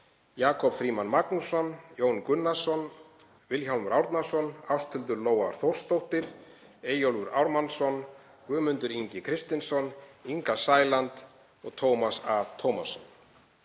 Jakob Frímann Magnússon, Jón Gunnarsson, Vilhjálmur Árnason, Ásthildur Lóa Þórsdóttir, Eyjólfur Ármannsson, Guðmundur Ingi Kristinsson, Inga Sæland og Tómas A. Tómasson.